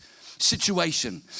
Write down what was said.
situation